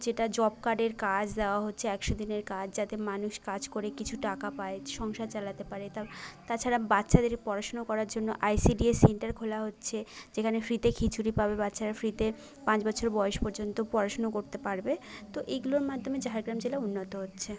যেটা জব কার্ডের কাজ দেওয়া হচ্ছে একশো দিনের কাজ যাতে মানুষ কাজ করে কিছু টাকা পায় সংসার চালাতে পারে তাও তাছাড়া বাচ্চাদের পড়াশুনা করার জন্য আইসিডিএস সেন্টার খোলা হচ্ছে যেখানে ফ্রিতে খিচুড়ি পাবে বাচ্চারা ফ্রিতে পাঁচ বছর বয়স পর্যন্ত পড়াশুনো করতে পারবে তো এগুলোর মাধ্যমে ঝাড়গাম জেলা উন্নত হচ্ছে